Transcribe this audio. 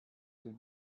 den